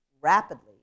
rapidly